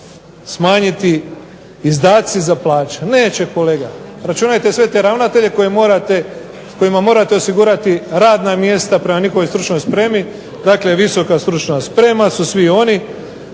smanjiti izdaci za plaće. Neće kolega, računajte sve te ravnatelje kojima morate osigurati radna mjesta prema njihovoj stručnoj spremi. Dakle, visoka stručna sprema su svi oni